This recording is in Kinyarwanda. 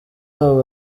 abo